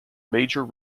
major